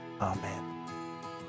Amen